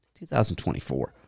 2024